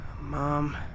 Mom